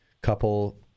couple